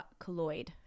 -colloid